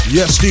Yes